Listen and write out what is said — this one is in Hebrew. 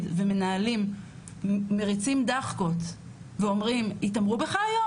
ומנהלים מריצים דאחקות ואומרים: התעמרו בך היום?